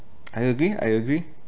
I agree I agree